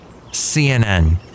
CNN